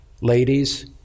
Ladies